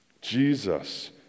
Jesus